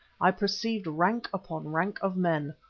i perceived rank upon rank of men,